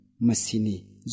masini